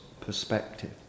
perspective